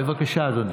בבקשה, אדוני.